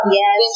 yes